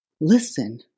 Listen